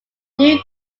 new